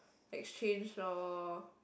exchange loh